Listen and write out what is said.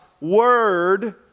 word